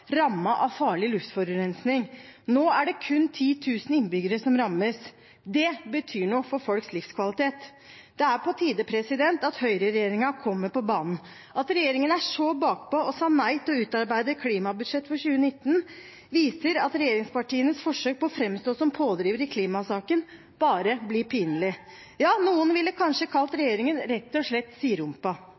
av farlig luftforurensning. Nå er det kun 10 000 innbyggere som rammes. Det betyr noe for folks livskvalitet. Det er på tide at høyreregjeringen kommer på banen. At regjeringen er så bakpå og sa nei til å utarbeide klimabudsjett for 2019, viser at regjeringspartienes forsøk på å framstå som pådrivere i klimasaken bare blir pinlig – ja, noen ville kanskje rett og slett ha kalt regjeringen sidrumpet. Og